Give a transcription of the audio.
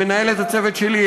מנהלת הצוות שלי,